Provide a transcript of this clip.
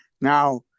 now